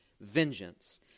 vengeance